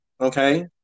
okay